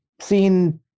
seen